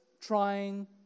trying